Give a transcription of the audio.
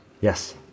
Yes